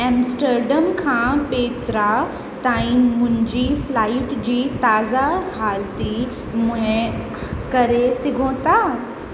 Amsterdam खां पेत्रा ताईं मुंहिंजी फ्लाइट जी ताज़ा हालति मुहैया करे सघो था